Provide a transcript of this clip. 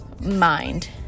mind